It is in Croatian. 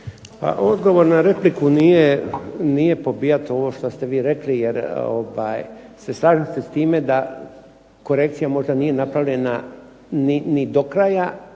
odgovor na repliku nije pobijat ovo što ste vi rekli, jer se slažete s time da korekcija možda nije napravljena ni do kraja